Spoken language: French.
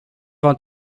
vingt